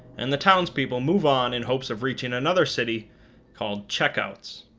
and the townspeople move on in hopes of reaching another city called checkouts